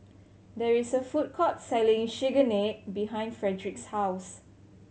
there is a food court selling Chigenabe behind Fredrick's house